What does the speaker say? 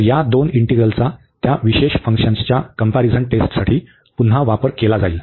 तर या दोन इंटीग्रलचा त्या विशेष फंक्शन्सच्या कंपॅरिझन टेस्टसाठी पुन्हा वापर केला जाईल